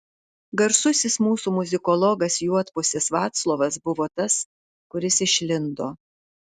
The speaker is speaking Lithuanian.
garsusis mūsų muzikologas juodpusis vaclovas buvo tas kuris išlindo